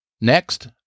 Next